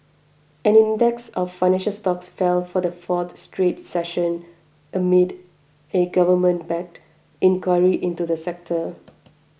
an index of financial stocks fell for the fourth straight session amid a government backed inquiry into the sector